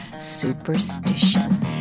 Superstition